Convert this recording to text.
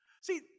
See